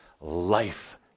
life